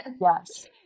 Yes